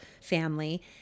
family